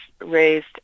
raised